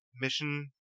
mission